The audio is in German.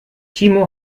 timo